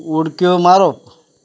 उडक्यो मारप